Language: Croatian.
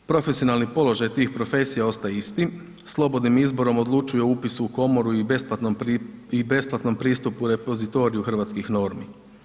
Profesionalni položaj tih profesija ostaje isti, slobodnim izborom odlučuju o upisu u komoru i besplatnom pristupu repozitoriju hrvatskih normi.